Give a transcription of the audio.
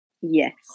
Yes